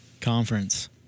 conference